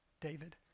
David